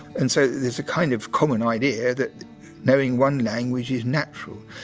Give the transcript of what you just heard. and so there's a kind of common idea that knowing one language is natural.